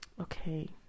Okay